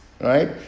right